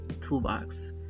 toolbox